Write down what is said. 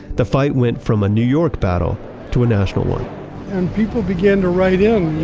the fight went from a new york battle to a national one people began to write in